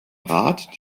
rat